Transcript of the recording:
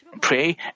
pray